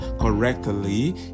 correctly